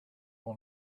will